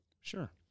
Sure